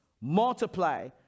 multiply